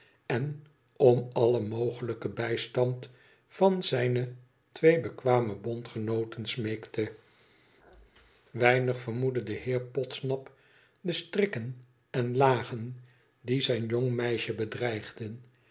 en om allen mogelijken bijstand van zijne twee bekwame bondgenooten smeekte weinig vermoedde de heer podsnap de strikken en lagen die zijn jong meisje bedreigden